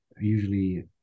usually